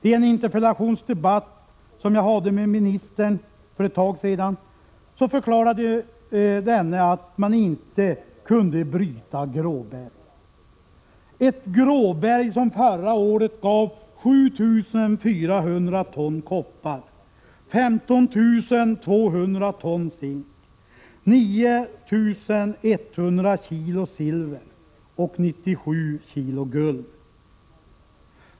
I en interpellationsdebatt som jag hade med ministern för ett tag sedan förklarade denne att man inte kunde bryta gråberg — ett gråberg som förra året gav 7 400 ton koppar, 15 200 ton zink, 9 100 kilo silver och 97 kilo guld.